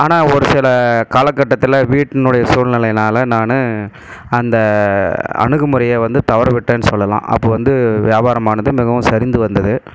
ஆனால் ஒருசில காலக்கட்டத்தில் வீட்டினுடைய சூழ்நிலையினால நான் அந்த அணுகுமுறையை வந்து தவறவிட்டேன்னு சொல்லலாம் அப்போ வந்து வியாபாரமானது மிகவும் சரிந்து வந்தது